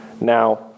Now